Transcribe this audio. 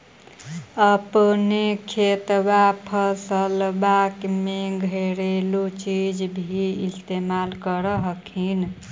अपने खेतबा फसल्बा मे घरेलू चीज भी इस्तेमल कर हखिन?